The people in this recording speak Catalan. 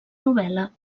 novel·la